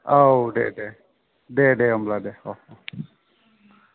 औ दे दे दे दे होमब्ला दे औ